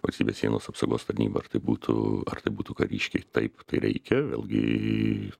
valstybės sienos apsaugos tarnyba ar tai būtų ar tai būtų kariškiai taip tai reikia vėlgi